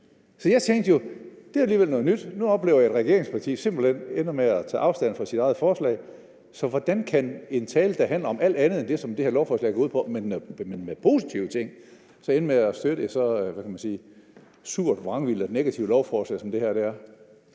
Så jeg tænkte jo: Det er alligevel noget nyt, nu oplever jeg, at et regeringsparti simpelt hen ender med at tage afstand fra sit eget forslag. Så hvordan kan man med en tale, der handler om alt andet end det, som det her lovforslag går ud på, og om positive ting, ende med at støtte et så – hvad kan man sige – surt, vrangvilligt og negativt lovforslag, som det her er?